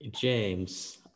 James